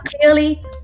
Clearly